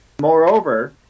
Moreover